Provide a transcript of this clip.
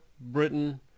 Britain